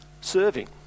serving